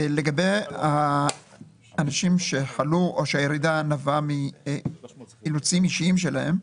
לגבי אנשים שחלו או שהירידה נבעה מאילוצים אישיים שלהם,